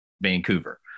Vancouver